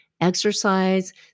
exercise